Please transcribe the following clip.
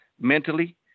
mentally